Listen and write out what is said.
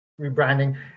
rebranding